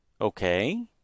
Okay